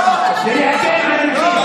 להפסיק.